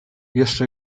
jeszcze